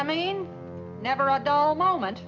i mean never a dull moment